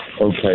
okay